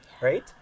right